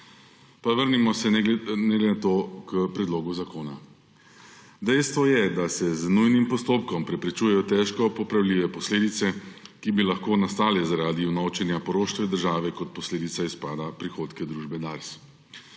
Pa vrnimo se, ne glede na to, k predlogu zakona. Dejstvo je, da se z nujnim postopkom preprečujejo težko popravljive posledice, ki bi lahko nastale zaradi vnovčenja poroštva države kot posledica izpada prihodka družbe Dars.